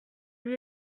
lui